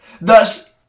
Thus